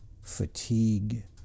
fatigue